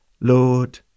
Lord